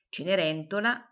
Cenerentola